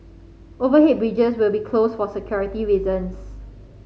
overhead bridges will be closed for security reasons